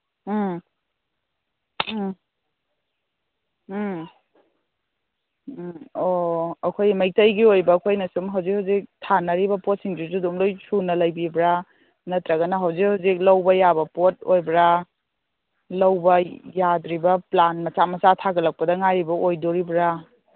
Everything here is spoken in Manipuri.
ꯎꯝ ꯎꯝ ꯎꯝ ꯎꯝ ꯑꯣ ꯑꯩꯈꯣꯏ ꯃꯩꯇꯩꯒꯤ ꯑꯣꯏꯕ ꯑꯩꯈꯣꯏꯅ ꯁꯨꯝ ꯍꯧꯖꯤꯛ ꯍꯧꯖꯤꯛ ꯊꯥꯅꯔꯤꯕ ꯄꯣꯠꯁꯤꯡꯁꯤꯁꯨ ꯑꯗꯨꯝ ꯂꯣꯏꯅ ꯁꯨꯅ ꯂꯩꯕꯤꯕ꯭ꯔꯥ ꯅꯠꯇ꯭ꯔꯒꯅ ꯍꯧꯖꯤꯛ ꯍꯧꯖꯤꯛ ꯂꯧꯕ ꯌꯥꯕ ꯄꯣꯠ ꯑꯣꯏꯕ꯭ꯔꯥ ꯂꯧꯕ ꯌꯥꯗ꯭ꯔꯤꯕ ꯄ꯭ꯂꯥꯟ ꯃꯆꯥ ꯃꯆꯥ ꯊꯥꯒꯠꯂꯛꯄꯗ ꯉꯥꯏꯔꯤꯕ ꯑꯣꯏꯗꯣꯔꯤꯕ꯭ꯔꯥ